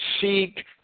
seek